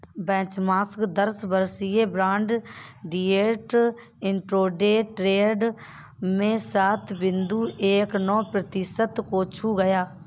benchmark दस वर्षीय bond yield intraday trade में सात बिंदु एक नौ प्रतिशत को छू गया